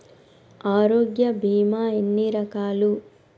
ఆరోగ్య బీమా ఎన్ని రకాలు?